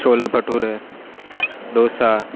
chole bhature dosa